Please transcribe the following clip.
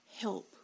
help